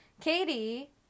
Katie